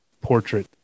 portrait